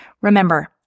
Remember